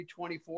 24